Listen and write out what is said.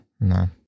no